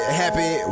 happy